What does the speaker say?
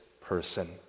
person